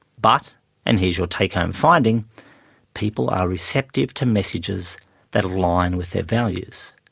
but and here's your take home finding people are receptive to messages that align with their values.